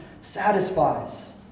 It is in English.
satisfies